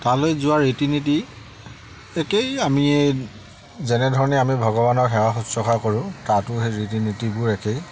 তালৈ যোৱা ৰীতি নীতি একেই আমি যেনেধৰণে আমি ভগৱানক সেৱা শুশ্ৰুষা কৰোঁ তাতো সেই ৰীতি নীতিবোৰ একেই